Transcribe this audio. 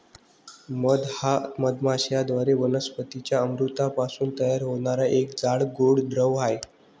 मध हा मधमाश्यांद्वारे वनस्पतीं च्या अमृतापासून तयार होणारा एक जाड, गोड द्रव आहे